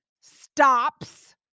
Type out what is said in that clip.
stops